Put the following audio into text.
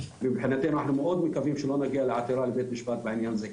מבחינתנו אנחנו מאוד מקווים שלא נגיע לעתירה לבית משפט בעניין הזה.